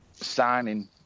signing